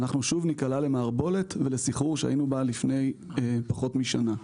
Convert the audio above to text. אנחנו שוב ניקלע למערבולת ולסחרור שהיינו בו לפני פחות משנה.